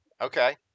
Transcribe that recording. Okay